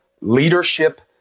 leadership